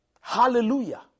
Hallelujah